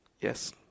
Yes